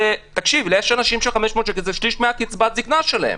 שמעתם אותי אומר שלא הצלחנו במהלכים הדיפרנציאליים.